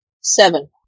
seven